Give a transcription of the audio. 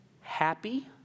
Happy